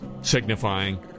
signifying